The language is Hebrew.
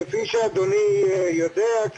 כמו שאדוני יודע,